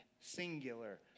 singular